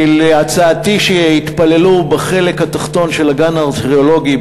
על הצעתי שיתפללו בחלק התחתון של הגן הארכיאולוגי,